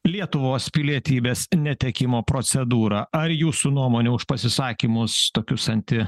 lietuvos pilietybės netekimo procedūrą ar jūsų nuomone už pasisakymus tokius anti